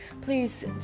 please